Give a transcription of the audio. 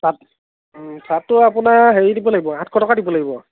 shirt চাৰ্টটো আপোনাৰ হেৰি দিব লাগিব আঠশ টকা দিব লাগিব